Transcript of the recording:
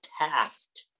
Taft